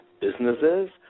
businesses